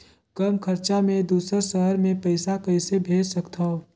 कम खरचा मे दुसर शहर मे पईसा कइसे भेज सकथव?